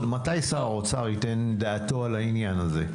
מתי שר האוצר ייתן דעתו בעניין הזה?